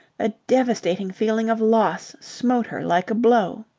a devastating feeling of loss smote her like a blow.